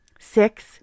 six